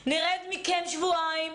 נרד מכם שבועיים,